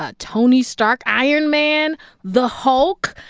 ah tony stark iron man the hulk.